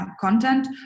content